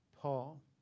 Paul